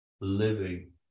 living